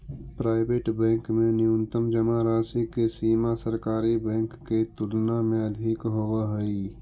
private bank में न्यूनतम जमा राशि के सीमा सरकारी बैंक के तुलना में अधिक होवऽ हइ